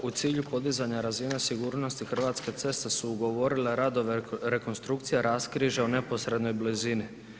U cilju podizanja razine sigurnosti, Hrvatske ceste su ugovorile radove rekonstrukcije raskrižja u neposrednoj blizini.